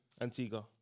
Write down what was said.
Antigua